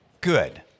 Good